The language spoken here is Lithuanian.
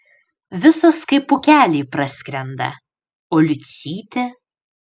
visos kaip pūkeliai praskrenda o liucytė